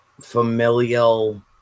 familial